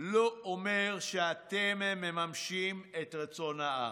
לא אומר שאתם מממשים את רצון העם.